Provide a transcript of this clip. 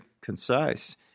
concise